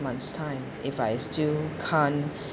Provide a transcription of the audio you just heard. months time if I still can't